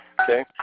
Okay